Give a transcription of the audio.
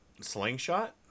Slingshot